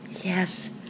Yes